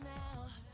now